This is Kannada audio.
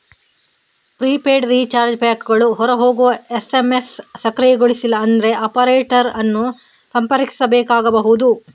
ಪ್ರಿಪೇಯ್ಡ್ ರೀಚಾರ್ಜ್ ಪ್ಯಾಕುಗಳು ಹೊರ ಹೋಗುವ ಎಸ್.ಎಮ್.ಎಸ್ ಸಕ್ರಿಯಗೊಳಿಸಿಲ್ಲ ಅಂದ್ರೆ ಆಪರೇಟರ್ ಅನ್ನು ಸಂಪರ್ಕಿಸಬೇಕಾಗಬಹುದು